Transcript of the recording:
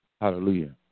Hallelujah